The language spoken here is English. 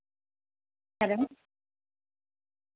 hello